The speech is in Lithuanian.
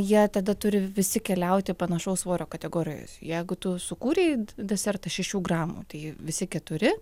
jie tada turi visi keliauti panašaus svorio kategorijos jeigu tu sukūrei desertą šešių gramų tai visi keturi